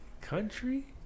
Country